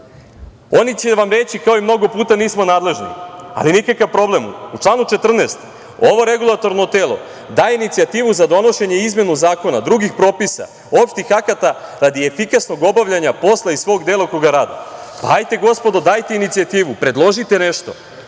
Oni će vam reći, kao i mnogo puta – nismo nadležni. Ali, nikakav problem. U članu 14 – ovo regulatorno telo daje inicijativu za donošenje i izmenu zakona drugih propisa, opštih akata, radi efikasnog obavljanja posla iz svog delokruga rada. Pa hajte, gospodo, dajte inicijativu, predložite nešto,